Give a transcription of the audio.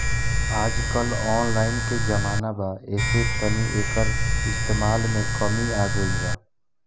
आजकल ऑनलाइन के जमाना बा ऐसे तनी एकर इस्तमाल में कमी आ गइल बा